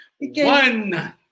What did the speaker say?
One